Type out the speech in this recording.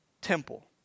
Temple